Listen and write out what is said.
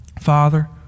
Father